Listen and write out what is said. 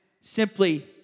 simply